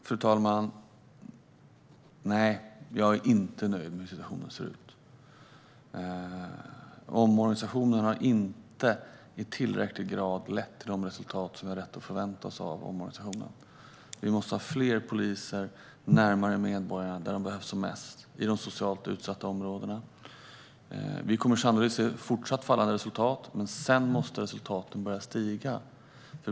Fru talman! Nej, jag är inte nöjd med hur situationen ser ut. Omorganisationen har inte i tillräcklig grad lett till de resultat som vi har rätt att förvänta oss. Vi måste ha fler poliser närmare medborgarna, där de behövs som mest: i de socialt utsatta områdena. Vi kommer sannolikt att se fortsatt fallande resultat, men sedan måste resultaten börja stiga.